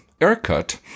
Aircut